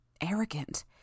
Arrogant